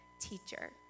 teacher